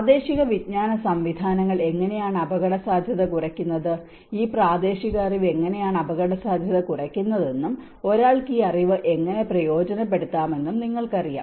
പ്രാദേശിക വിജ്ഞാന സംവിധാനങ്ങൾ എങ്ങനെയാണ് അപകടസാധ്യത കുറയ്ക്കുന്നത് ഈ പ്രാദേശിക അറിവ് എങ്ങനെയാണ് അപകടസാധ്യത കുറയ്ക്കുന്നതെന്നും ഒരാൾക്ക് ഈ അറിവ് എങ്ങനെ പ്രയോജനപ്പെടുത്താമെന്നും നിങ്ങൾക്കറിയാം